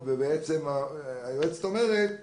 היועצת אומרת: